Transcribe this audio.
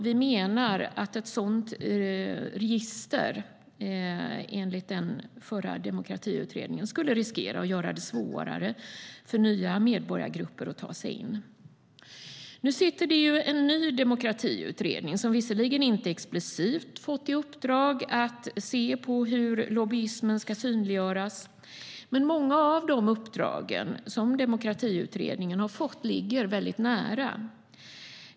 Vi menar att ett sådant register, enligt den förra Demokratiutredningen, skulle riskera att göra det svårare för nya medborgargrupper att ta sig in. Nu sitter det en ny demokratiutredning. Den har visserligen inte explicit fått i uppdrag att se på hur lobbyismen ska synliggöras, men många av de uppdrag som Demokratiutredningen har fått ligger nära.